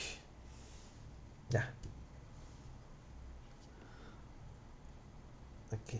ya okay